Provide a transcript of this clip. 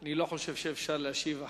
אני לא חושב שאפשר להשיב.